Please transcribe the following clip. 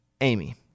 Amy